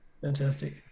Fantastic